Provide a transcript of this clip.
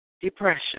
Depression